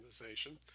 organization